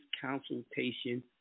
consultation